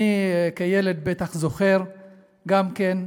אני כילד בטח זוכר גם כן,